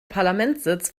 parlamentssitz